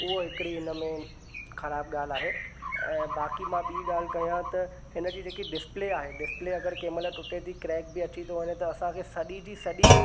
उहो हिकिड़ी हिन में ख़राबु ॻाल्हि आहे ऐं बाक़ी मां ॿी ॻाल्हि कयां त हिन जी जेकी डिसप्ले आहे डिसप्ले अगरि कंहिंमहिल टुटे थी क्रेक बि अची थो वञे त असांखे सॼी जी सॼी